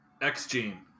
X-Gene